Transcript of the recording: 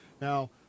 Now